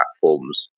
platforms